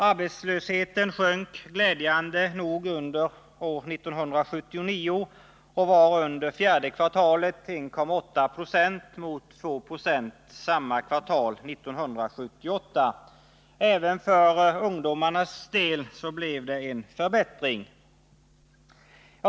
Arbetslösheten sjönk glädjande nog under år 1979 och var under fjärde kvartalet 1,8 26 mot 2,8 26 samma kvartal 1978. Även för ungdomarnas del blev det en förbättring.